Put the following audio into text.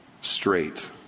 straight